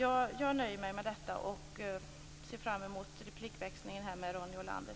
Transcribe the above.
Jag nöjer mig med detta och ser fram emot replikväxlingen med Ronny Olander.